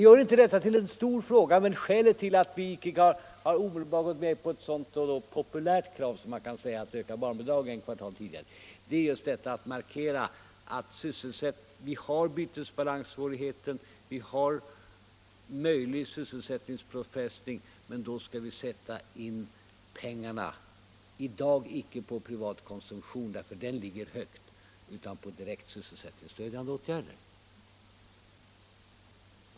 Vi gör inte detta till en stor fråga, men skälet till att vi inte omedelbart gått med på ett sådant populärt krav som man kan säga att en höjning av barnbidraget ett kvartal tidigare kan vara, det är att vi måste markera att vi har bytesbalanssvårigheten och möjliga sysselsättningspåfrestningar. Därför skall vi icke i dag låta pengarna gå till privat konsumtion, ty den ligger högt, utan satsa dem på direkt sysselsättningsstödjande åtgärder.